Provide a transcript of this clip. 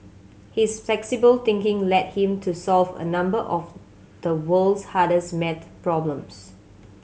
his flexible thinking led him to solve a number of the world's hardest maths problems